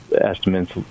Estimates